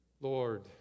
Lord